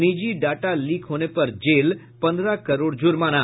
निजी data leak होने पर जेल पन्द्रह करोड़ जुर्माना